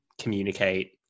communicate